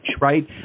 right